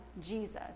Jesus